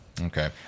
Okay